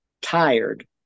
tired